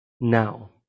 now